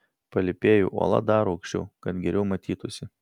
palypėju uola dar aukščiau kad geriau matytųsi